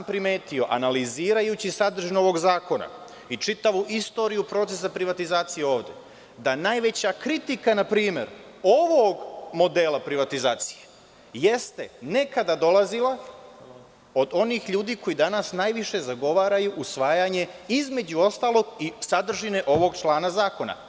Primetio sam, analizirajući sadržinu ovog zakona i čitavu istoriju procesa privatizacije ovde, da najveća kritika, npr. ovog modela privatizacije, jeste nekada dolazila od onih ljudi koji danas najviše zagovaraju usvajanje, između ostalog, i sadržine ovog člana zakona.